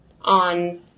on